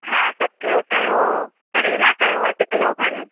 हा त क कयो करेला कयो अधु किलो खनि